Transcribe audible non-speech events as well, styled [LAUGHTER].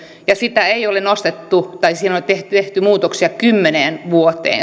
sitä ei ole nostettu tai siihen ei ole tehty muutoksia kymmeneen vuoteen [UNINTELLIGIBLE]